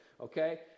Okay